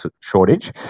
shortage